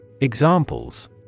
Examples